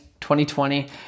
2020